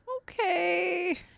Okay